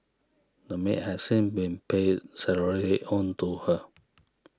the maid has seen been paid salaries owed to her